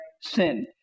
sin